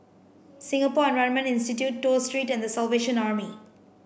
Singapore Environment Institute Toh Street and the Salvation Army